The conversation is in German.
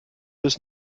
bis